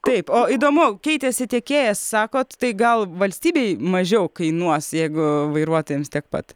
taip o įdomu keitėsi tiekėjas sakot tai gal valstybei mažiau kainuos jeigu vairuotojams tiek pat